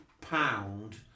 pound